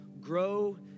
grow